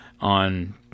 on